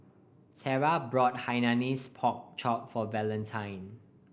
Tera brought Hainanese Pork Chop for Valentine